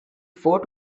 four